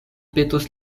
petos